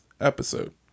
episode